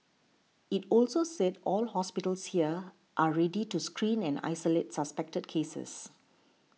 it also said all hospitals here are ready to screen and isolate suspected cases